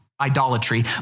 Idolatry